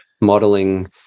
modeling